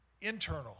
internal